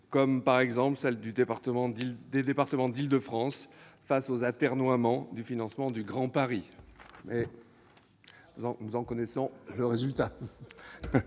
comme celles des départements d'Île-de-France face aux atermoiements du financement du Grand Paris. Raté ! Nous en connaissions le résultat